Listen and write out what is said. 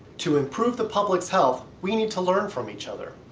to improve the public's health, we need to learn from each other.